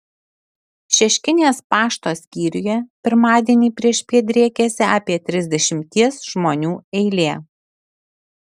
šeškinės pašto skyriuje pirmadienį priešpiet driekėsi apie trisdešimties žmonių eilė